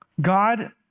God